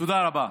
תודה רבה.